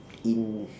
in